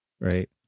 Right